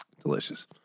Delicious